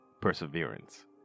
perseverance